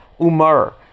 umar